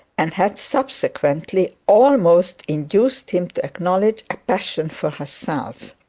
and had subsequently almost induced him to acknowledge a passion for herself.